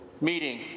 meeting